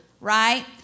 Right